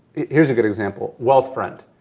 here's a good example. wealthfront,